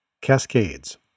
Cascades